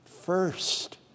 First